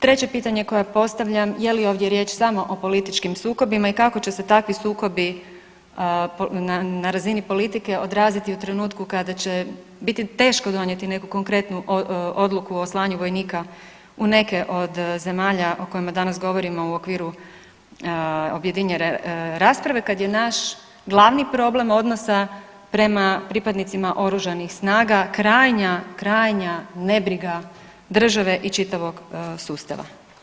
Treće pitanje koje postavljam, je li ovdje riječ samo o političkim sukobima i kako će se takvi sukobi na razini politike odraziti u trenutku kada će biti teško donijeti neku konkretnu odluku o slanju vojnika u neke od zemalja o kojima danas govorimo u okviru objedinjene rasprave kad je naš glavni problem odnosa prema pripadnicima oružanih snaga krajnja, krajnja nebriga države i čitavog sustava?